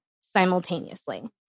simultaneously